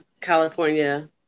California